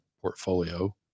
portfolio